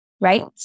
right